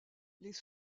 les